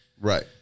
Right